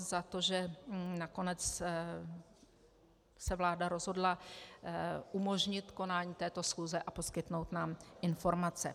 Za to, že nakonec se vláda rozhodla umožnit konání této schůze a poskytnout nám informace.